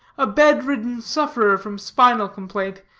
a bed-ridden sufferer from spinal complaint.